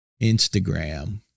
Instagram